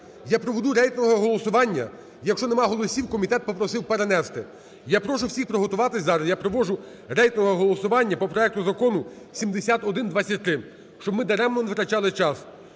Я проведу рейтингове голосування, якщо нема голосів, комітет попросив перенести. Я прошу всіх приготуватись зараз, я проводжу рейтингове голосування по проекту Закону 7123, щоб ми даремно не витрачали часу.